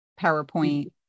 PowerPoint